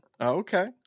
Okay